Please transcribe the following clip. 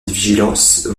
vigilance